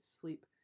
sleep